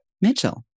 Mitchell